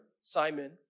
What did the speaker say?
Simon